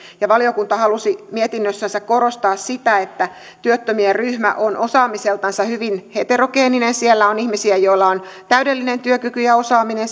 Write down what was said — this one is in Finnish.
ja valiokunta halusi mietinnössään korostaa sitä että työttömien ryhmä on osaamiseltansa hyvin heterogeeninen siellä on ihmisiä joilla on täydellinen työkyky ja osaaminen